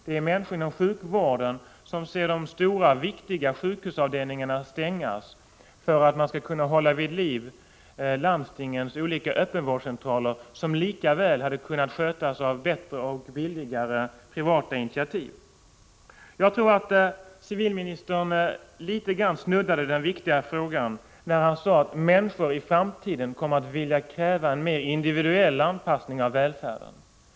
Det är människor inom sjukvården som ser stora viktiga sjukhusavdelningar stängas för att man skall kunna hålla landstingens olika öppenvårdscentraler vid liv, centraler som hade kunnat skötas bättre och billigare genom privata initiativ. Civilministern snuddade litet vid den viktiga frågan när han sade att människor i framtiden kommer att kräva en mer individuell anpassning av välfärden.